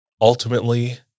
ultimately